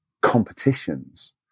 competitions